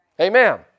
Amen